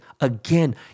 Again